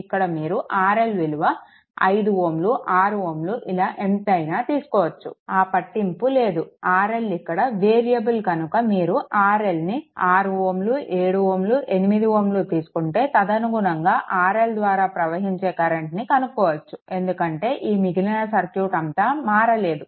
ఇక్కడ మీరు RL విలువ 5Ω 6Ω ఇలా ఎంతైనా తీసుకోవచ్చు ఆ పట్టింపు లేదు RL ఇక్కడ వేరియబుల్ కనుక మీరు RL ను 6Ω 7Ω 8Ω తీసుకుంటే తదనుగుణంగా RL ద్వారా ప్రవహించే కరెంట్ని కనుక్కోవచ్చు ఎందుకంటే ఈ మిగిలిన సర్క్యూట్ అంతా మారలేదు